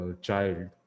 child